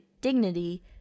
dignity